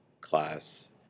class